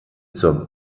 zur